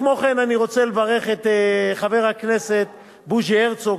כמו כן אני רוצה לברך את חבר הכנסת בוז'י הרצוג,